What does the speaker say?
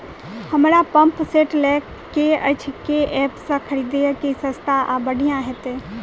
हमरा pump set लय केँ अछि केँ ऐप सँ खरिदियै की सस्ता आ बढ़िया हेतइ?